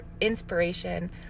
inspiration